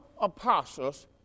apostles